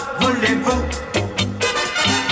voulez-vous